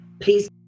please